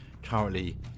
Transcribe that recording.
currently